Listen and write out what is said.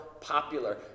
popular